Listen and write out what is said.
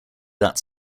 that